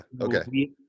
okay